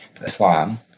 Islam